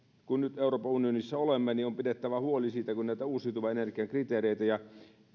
kun nyt euroopan unionissa olemme niin on pidettävä huoli siitä kun näitä uusiutuvan energian kriteereitä ja